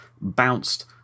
bounced